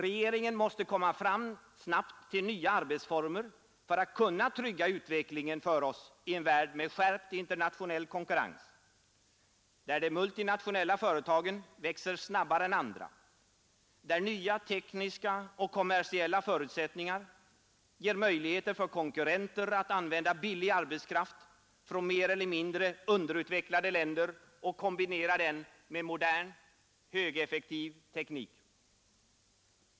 Regeringen måste komma fram snabbt till nya arbetsformer för att kunna trygga utvecklingen för oss i en värld med skärpt internationell konkurrens, där de multinationella företagen växer snabbare än andra, där nya tekniska och kommersiella förutsättningar ger möjligheter för konkurrenter att använda billig arbetskraft från mer eller mindre underutvecklade länder och kombinera den med modern, högeffektiv teknik.